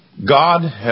God